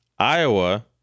Iowa